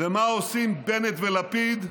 ומה עושים בנט ולפיד?